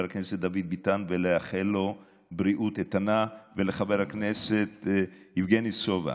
הכנסת דוד ביטן ולאחל לו בריאות איתנה ולחבר הכנסת יבגני סובה,